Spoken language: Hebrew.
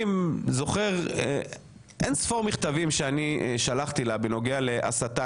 אין זוכר אין ספור מכתבים שאני שלחתי לה בנוגע להסתה,